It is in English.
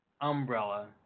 umbrella